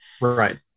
Right